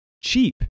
cheap